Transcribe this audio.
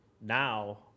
now